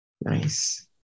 Nice